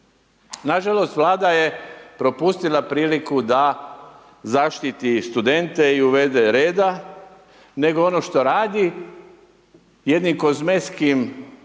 Nažalost, Vlada je propustila priliku da zaštiti studente i uvede reda, nego ono što radi jednim kozmetskim načinom,